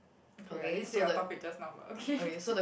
okay I didn't say your topic just now but okay